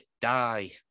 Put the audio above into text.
die